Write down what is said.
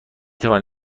توانم